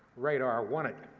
radar won it.